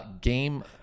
Game